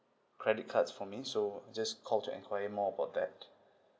credit cards for me so I just called to enquire more about that